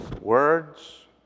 words